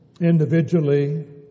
individually